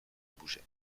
bougeait